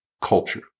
culture